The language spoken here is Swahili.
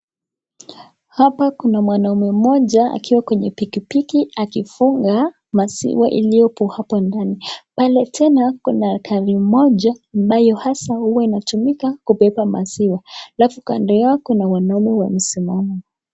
Hapa kuna mwanamume mmoja akiwa kwenye pikipiki akifunga maziwa iliyopo hapo ndani. Pale tena kuna gari moja ambayo haswa huwa inatumika kubeba maziwa. Alafu kando yao kuna wanaume wamesimama.